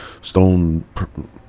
Stone